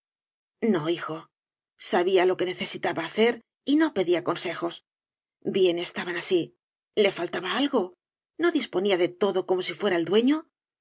no hijo sabía lo que necesitaba hacer y no pedía consejos bien estaban así le faltaba algo no disponía de todo como si fuera el dueño